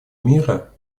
мира